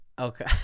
Okay